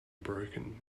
broken